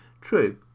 true